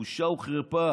בושה וחרפה.